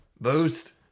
Boost